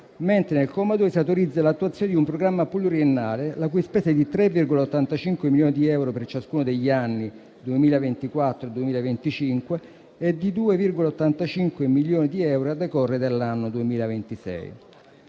1. Al comma 2 si autorizza l'attuazione di un programma pluriennale la cui spesa è pari a 3,85 milioni di euro per ciascuno degli anni 2024 e 2025 e di 2,85 milioni di euro a decorrere dall'anno 2026.